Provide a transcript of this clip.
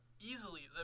easily